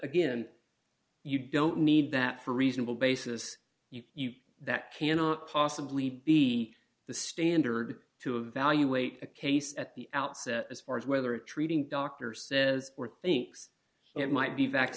again you don't need that for reasonable basis that cannot possibly be the standard to evaluate a case at the outset as far as whether a treating doctor says or thinks it might be vac